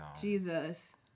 Jesus